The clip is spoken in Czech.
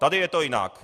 Tady je to jinak.